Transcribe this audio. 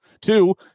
Two